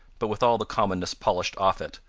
but with all the commonness polished off it,